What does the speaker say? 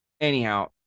anyhow